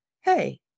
hey